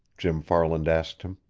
jim farland asked him.